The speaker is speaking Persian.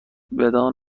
بدان